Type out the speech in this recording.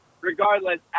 regardless